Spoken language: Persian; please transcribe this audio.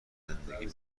زندگیم